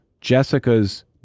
Jessica's